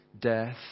death